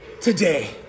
Today